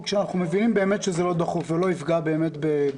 שאנחנו מבינים באמת שהוא לא דחוף ולא יפגע באנשים,